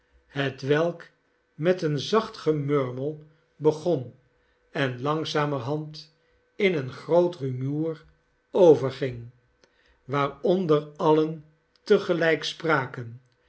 hetwelk met een zacht gemurmel begon en langzamerhand in een groot rumoer overging waaronder alien te gelijk spraken